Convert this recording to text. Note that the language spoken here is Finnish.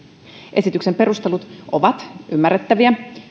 esityksen perustelut ovat ymmärrettäviä mutta